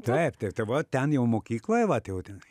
taip tai tai va ten jau mokykloj vat jau tenai